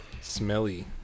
smelly